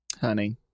Honey